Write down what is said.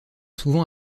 souvent